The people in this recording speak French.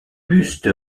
buste